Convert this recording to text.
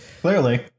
Clearly